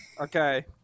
Okay